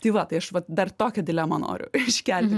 tai va tai aš vat dar tokią dilemą noriu iškelti